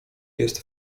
jest